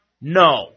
No